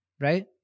right